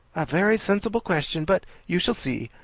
a very sensible question. but you shall see.